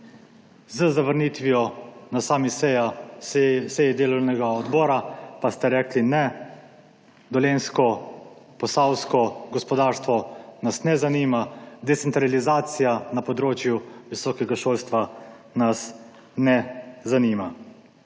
Z zavrnitvijo na seji odbora pa ste rekli, ne, dolenjsko, posavsko gospodarstvo nas ne zanima, decentralizacija na področju visokega šolstva nas ne zanima.